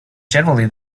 generally